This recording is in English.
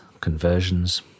conversions